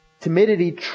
Timidity